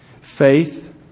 Faith